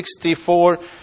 64